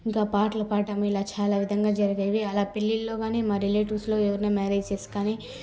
ఇంకా పాటలు పాడడము ఇలా చాలా విధంగా జరిగేవి అలా పెళ్లిల్లో కానీ మా రిలేటివ్స్లో ఎవరైనా మ్యారేజ్స్ కానీ